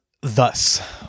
thus